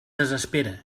desespera